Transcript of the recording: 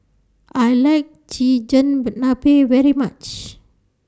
I like Chigenabe very much